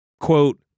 quote